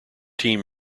team